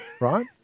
right